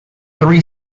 three